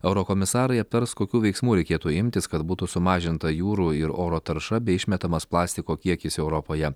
eurokomisarai aptars kokių veiksmų reikėtų imtis kad būtų sumažinta jūrų ir oro tarša bei išmetamas plastiko kiekis europoje